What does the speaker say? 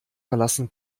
verlassen